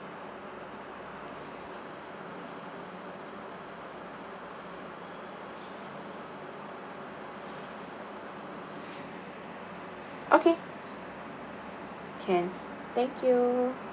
okay can thank you